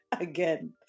again